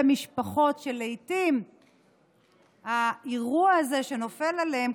משפחות שלעיתים האירוע הזה שנופל עליהן,